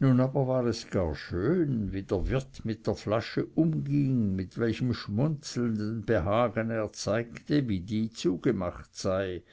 nun aber war es gar schön wie der wirt mit der flasche umging mit welchem schmunzelnden behagen er zeigte wie die zugemacht sei